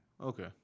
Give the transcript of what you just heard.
Okay